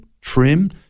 trim